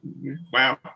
wow